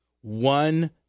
One